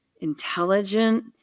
intelligent